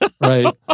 Right